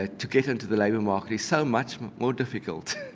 ah to get into the labour market is so much more difficult.